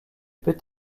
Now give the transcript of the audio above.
peut